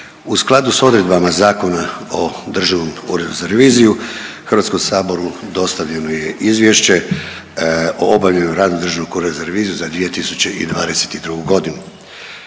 U skladu s odredbama Zakona o Državnom uredu za reviziju HS-u dostavljeno je izvješće o obavljenom radu Državnog ureda za reviziju za 2022.g..